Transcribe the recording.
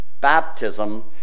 Baptism